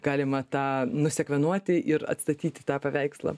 galima tą nusekvenuoti ir atstatyti tą paveikslą